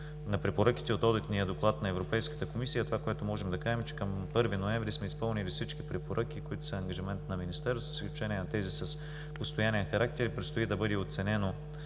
на препоръките от Одитния доклад на Европейската комисия, това, което можем да кажем, е, че към 1 ноември сме изпълнили всички препоръки, които са ангажимент на Министерството, с изключение на тези с постоянен характер, и предстои да бъде оценено